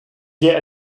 get